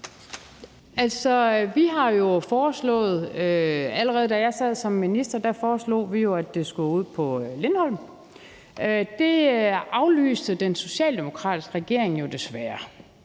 Allerede da jeg sad som minister, foreslog vi jo, at det skulle ud på Lindholm. Det aflyste den socialdemokratiske regering jo desværre.